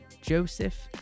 Joseph